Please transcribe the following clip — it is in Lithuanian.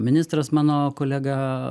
ministras mano kolega